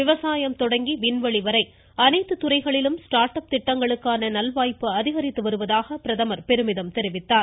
விவசாயம் தொடங்கி விண்வெளி வரை அனைத்து துறைகளிலும் ஸ்டார்ட் அப் திட்டங்களுக்கான நல்வாய்ப்பு அதிகரித்து வருவதாக பிரதமர் பெருமிதம் தெரிவித்தார்